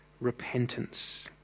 repentance